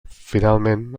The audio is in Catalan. finalment